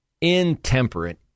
intemperate